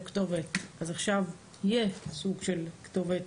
כתובת אבל עכשיו יהיה סוג של כתובת.